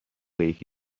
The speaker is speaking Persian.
یکی